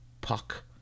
Puck